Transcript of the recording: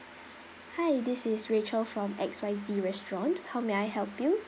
hi this is rachel from X Y Z restaurant how may I help you